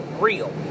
real